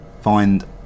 find